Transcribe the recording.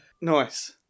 Nice